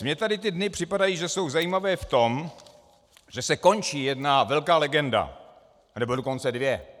Mně tady ty dny připadají, že jsou zajímavé v tom, že se končí jedna velká legenda, nebo dokonce dvě.